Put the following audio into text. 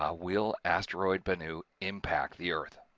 ah will asteroid bannu impact the earth?